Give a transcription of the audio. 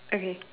okay